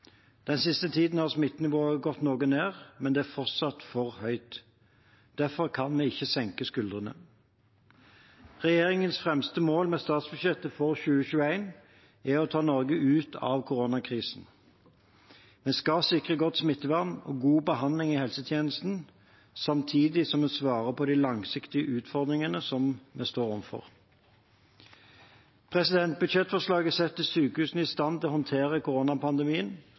Den siste tiden har smittenivået gått noe ned, men det er fortsatt for høyt. Derfor kan vi ikke senke skuldrene. Regjeringens fremste mål med statsbudsjettet for 2021 er å ta Norge ut av koronakrisen. Vi skal sikre godt smittevern og god behandling i helsetjenesten, samtidig som vi svarer på de langsiktige utfordringene vi står overfor. Budsjettforslaget setter sykehusene i stand til å håndtere koronapandemien,